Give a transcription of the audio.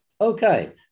Okay